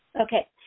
Okay